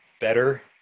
better